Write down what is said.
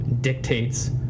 dictates